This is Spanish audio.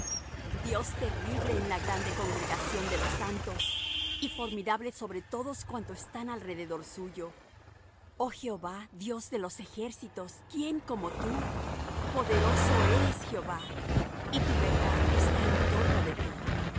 dios terrible en la grande congregación de los santos y formidable sobre todos cuantos están alrededor suyo oh jehová dios de los ejércitos quién como tú poderoso eres jehová y tu verdad está en torno de ti